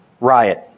riot